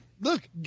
Look